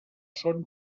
són